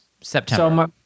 September